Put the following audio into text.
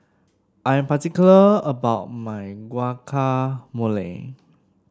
I'm particular about my Guacamole